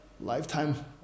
Lifetime